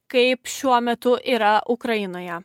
kaip šiuo metu yra ukrainoje